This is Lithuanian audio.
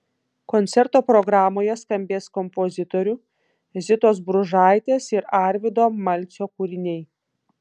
koncerto programoje skambės kompozitorių zitos bružaitės ir arvydo malcio kūriniai